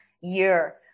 year